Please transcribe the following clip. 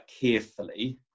carefully